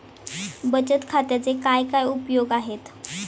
बचत खात्याचे काय काय उपयोग आहेत?